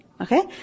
okay